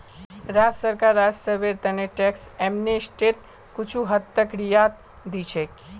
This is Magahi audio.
राज्य सरकार राजस्वेर त न टैक्स एमनेस्टीत कुछू हद तक रियायत दी छेक